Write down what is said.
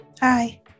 Hi